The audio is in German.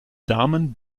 damen